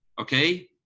Okay